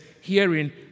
hearing